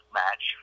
match